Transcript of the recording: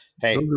hey